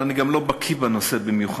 אבל אני גם לא בקי בנושא במיוחד,